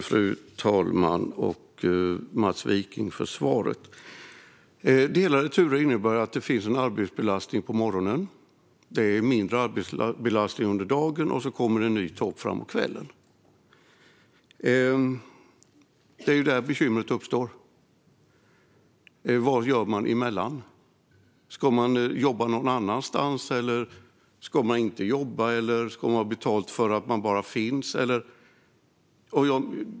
Fru talman! Tack, Mats Wiking, för svaret! Delade turer innebär att det finns en arbetsbelastning på morgonen. Under dagen är arbetsbelastningen mindre, och sedan kommer en ny topp framåt kvällen. Det är där bekymret uppstår. Vad gör man däremellan? Ska man jobba någon annanstans, eller ska man inte jobba? Ska man ha betalt för att bara finnas där?